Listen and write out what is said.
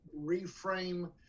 reframe